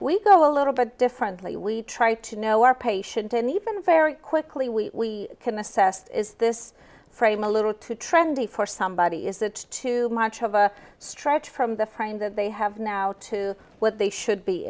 we go a little bit differently we try to know our patient and even very quickly we can assess is this frame a little too trendy for somebody is that too much of a stretch from the frame that they have now to what they should be